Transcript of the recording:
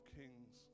kings